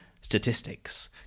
statistics